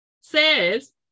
says